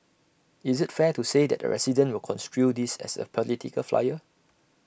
is IT fair to say that A resident will construe this as A political flyer